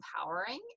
empowering